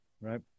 right